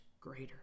greater